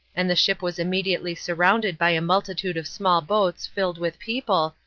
and the ship was immediately surrounded by a multitude of small boats filled with people,